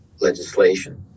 legislation